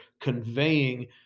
conveying